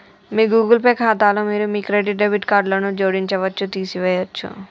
మీ Google Pay ఖాతాలో మీరు మీ క్రెడిట్, డెబిట్ కార్డులను జోడించవచ్చు, తీసివేయచ్చు